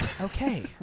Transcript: Okay